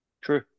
True